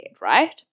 right